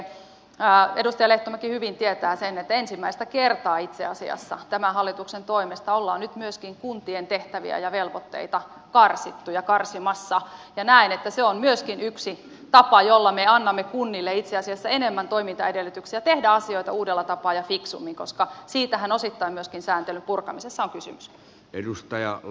edustaja lehtomäki hyvin tietää sen että ensimmäistä kertaa itse asiassa tämän hallituksen toimesta ollaan nyt myöskin kuntien tehtäviä ja velvoitteita karsittu ja karsimassa ja näen että se on myöskin yksi tapa jolla me annamme kunnille itse asiassa enemmän toimintaedellytyksiä tehdä asioita uudella tapaa ja fiksummin koska siitähän osittain myöskin sääntelyn purkamisessa on kysymys